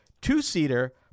two-seater